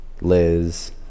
Liz